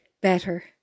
Better